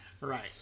right